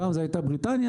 פעם זו הייתה בריטניה.